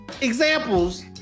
examples